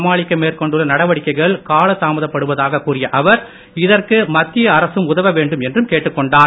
சமாளிக்க மேற்கொண்டுள்ள நட்டிவடிக்கைகள் காலதாமதப்படுவதாக கூறிய அவர் இதற்கு மத்திய அரசும் உதவ வேண்டும் என்றும் கேட்டுக்கொண்டார்